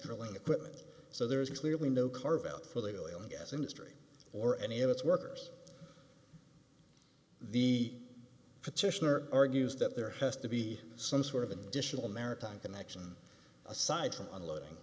drilling equipment so there's clearly no carve out for the oil and gas industry or any of its workers the petitioner argues that there has to be some sort of additional maritime connection aside from loading